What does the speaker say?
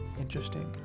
Interesting